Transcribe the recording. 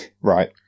right